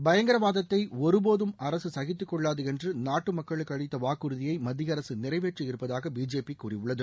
பயங்கரவாதத்தை ஒருபோதும் அரசு சகித்துக்கொள்ளாது என்று நாட்டு மக்களுக்கு அளித்த வாக்குறுதியை மத்திய அரசு நிறைவேற்றியிருப்பதாக பிஜேபி கூறியுள்ளது